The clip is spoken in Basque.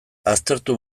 aztertu